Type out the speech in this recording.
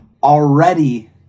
Already